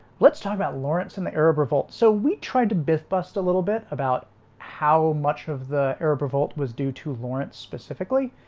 let's talk about lawrence and the arab revolt so we tried to biff-bust a little bit about how much of the arab revolt was due to lawrence specifically?